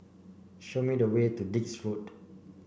show me the way to Dix Road